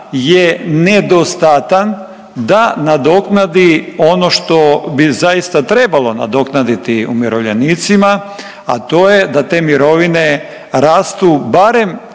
je nedostatan da nadoknadi ono što bi zaista trebalo nadoknaditi umirovljenicima, a to je da te mirovine rastu barem